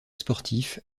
sportif